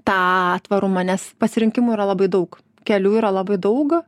tą tvarumą nes pasirinkimų yra labai daug kelių yra labai daug